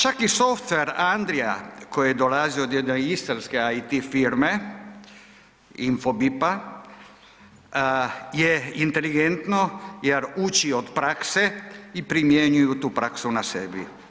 Čak i software Andrija koji dolazi od jedne istarske IT firme Infobip-a je inteligentno jer uči od prakse i primjenjuju tu praksu na sebi.